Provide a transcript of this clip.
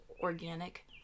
organic